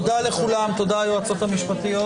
תודה לכל העוסקים במלאכה ולכל מי שהשתתף בדיון.